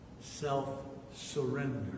self-surrender